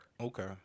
Okay